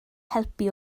helpu